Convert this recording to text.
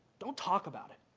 don't talk about it.